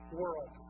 world